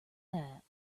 that